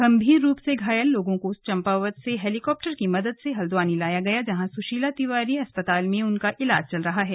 गंभीर रूप से घायल लोगों को चंपावत से हेलीकाप्टर की मदद से हल्द्वानी लाया गया जहां सुशीला तिवारी अस्पताल में उनका इलाज चल रहा है